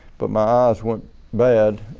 but my eyes went bad,